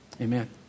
Amen